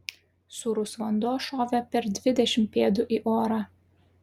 sūrus vanduo šovė per dvidešimt pėdų į orą